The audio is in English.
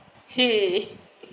!hey!